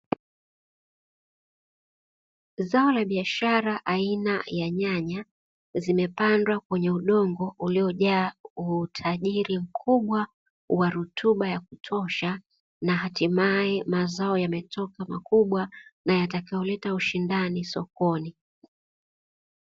Zao la biashara aina ya nyanya zimepandwa kwenye udongo uliojaa utajiri mkubwa wa rutuba yakutosha na hatimaye mazao yametoka makubwa, na yatakayoleta ushindani sokoni.